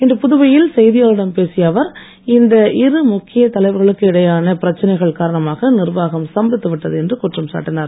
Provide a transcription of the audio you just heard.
இன்று புதுவையில் செய்தியாளர்களிடம் பேசிய அவர் இந்த இரு முக்கியத் தலைவர்களுக்கு இடையேயான பிரச்னைகளுக்கு காரணமாக நிர்வாகம் ஸ்தம்பித்து விட்டது என்று குற்றம் சாட்டினார்